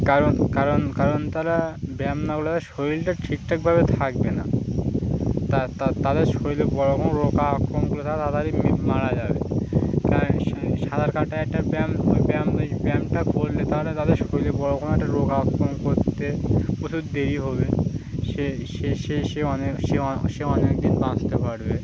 কারণ কারণ কারণ তারা ব্যায়াম না করলে তাদের শরীরটা ঠিকঠাকভাবে থাকবে না তাদের শরীরে বড় কোনো রোগ আক্রমণ করলে তারা তাড়াতাড়ি মারা যাবে তা সাঁতার কাটা একটা ব্যায়াম ওই ব্যায়াম ব্যায়ামটা করলে তারা তাদের শরীরে বড় কোনো একটা রোগ আক্রমণ করতে প্রচুর দেরি হবে সে সে সে সে অনেক সে সে অনেক দিন বাঁচতে পারবে